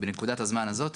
בנקודת הזמן הזה,